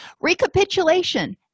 Recapitulation